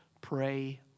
Pray